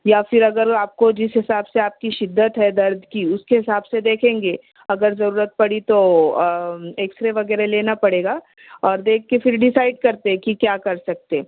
یا پھر اگر آپ کو جس حساب سے آپ کی شدت ہے درد کی اُس کے حساب سے دیکھیں گے اگر ضرورت پڑی تو ایکسرے وغیرہ لینا پڑے گا اور دیکھ کے پھر ڈیسائڈ کرتے کہ کیا کر سکتے